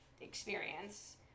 experience